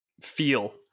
feel